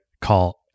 call